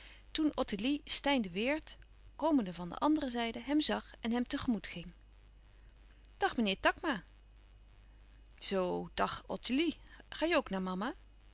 toen ottilie steyn de weert komende van de anderen zijde hem zag en hem te gemoet ging dag meneer takma zoo dag ottilie ga je ook naar mama